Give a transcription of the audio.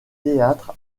théâtre